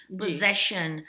possession